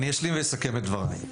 אני אשלים ואסכם את דבריי,